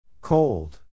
Cold